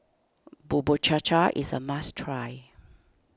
Bubur Cha Cha is a must try